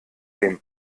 dem